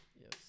Yes